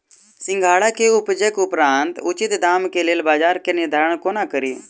सिंघाड़ा केँ उपजक उपरांत उचित दाम केँ लेल बजार केँ निर्धारण कोना कड़ी?